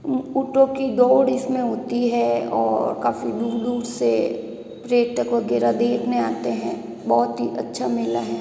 ऊंटों की दौड़ इसमें होती है और काफ़ी दूर दूर से पर्यटक वगैरह देखने आते हैं बहुत ही अच्छा मेला है